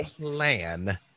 plan